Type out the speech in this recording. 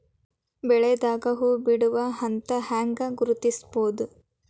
ಬೆಳಿದಾಗ ಹೂ ಬಿಡುವ ಹಂತ ಹ್ಯಾಂಗ್ ಗುರುತಿಸೋದು?